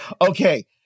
Okay